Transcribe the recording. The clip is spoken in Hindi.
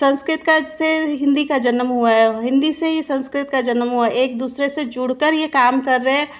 संस्कृत का से हिंदी का जन्म हुआ है हिंदी से ही संस्कृत का जन्म हुआ है एक दूसरे से जुड़कर यह काम कर रहे हैं